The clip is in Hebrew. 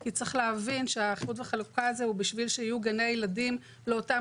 כי צריך להבין שהאיחוד והחלוקה הזה הוא בשביל שיהיו גני ילדים לאותם